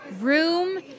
Room